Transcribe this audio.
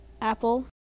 apple